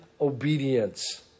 obedience